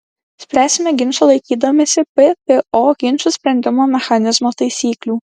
spręsime ginčą laikydamiesi ppo ginčų sprendimo mechanizmo taisyklių